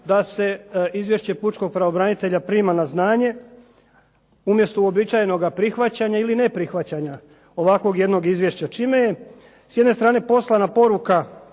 da se izvješće pučkog pravobranitelja prima na znanje, umjesto uobičajenog prihvaćanja ili ne prihvaćanja ovakvog jednog izvješća, čime je s jedne strane poslana poruka